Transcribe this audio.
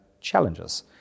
challenges